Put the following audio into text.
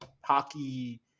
hockey